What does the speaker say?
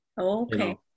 Okay